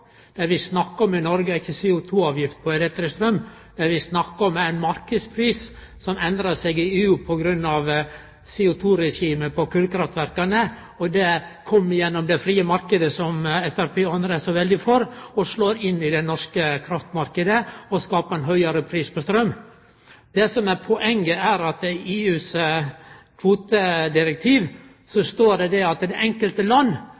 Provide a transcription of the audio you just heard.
Det vi snakkar om i Noreg, er ikkje CO2-avgift på elektrisk straum. Det vi snakkar om, er marknadspris som endrar seg i EU på grunn av CO2-regimet på kolkraftverka. Dette kjem gjennom den frie marknaden som Framstegspartiet og andre er så veldig for, slår inn i den norske kraftmarknaden og fører til ein høgare pris på straum. Det som er poenget, er at det i EUs kvotedirektiv står at det enkelte